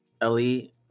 ellie